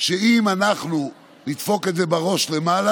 אם אנחנו נדפוק את זה בראש למעלה,